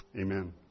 Amen